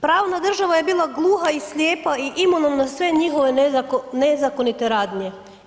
Pravna država je bila gluha i slijepa i imuna na sve njihove nezakonite radnje.